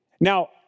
Now